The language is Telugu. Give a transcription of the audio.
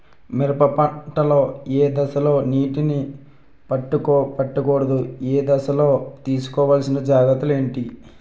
మిరప లో ఏ దశలో నీటినీ పట్టకూడదు? ఏపు దశలో తీసుకోవాల్సిన జాగ్రత్తలు ఏంటి?